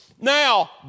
Now